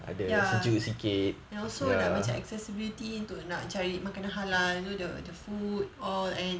ya and also like macam accessibility into halal you know the the food all and